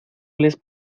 les